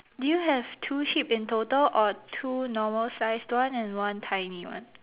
do you have two sheep in total or two normal sized one and one tiny one